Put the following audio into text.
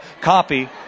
copy